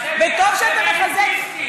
וטוב מאוד,